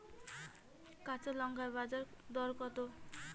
কাঁচা লঙ্কার বাজার দর কত?